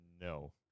No